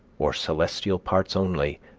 or celestial parts only,